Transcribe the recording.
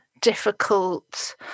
difficult